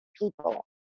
people